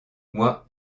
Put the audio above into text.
moi